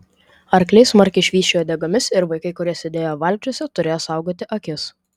arkliai smarkiai švysčiojo uodegomis ir vaikai kurie sėdėjo valkčiuose turėjo saugoti akis